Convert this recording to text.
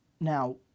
Now